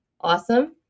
Awesome